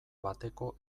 bateko